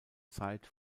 zeit